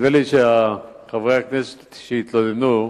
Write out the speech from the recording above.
נדמה לי שחברי הכנסת שהתלוננו,